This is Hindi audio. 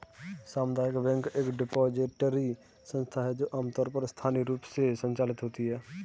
सामुदायिक बैंक एक डिपॉजिटरी संस्था है जो आमतौर पर स्थानीय रूप से संचालित होती है